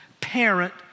parent